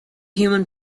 human